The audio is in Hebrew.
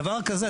דבר כזה,